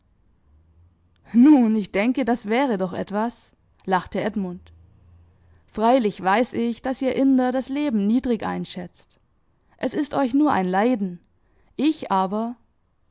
nun ich denke das wäre doch etwas lachte edmund freilich weiß ich daß ihr inder das leben niedrig einschätzt es ist euch nur ein leiden ich aber